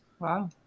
Wow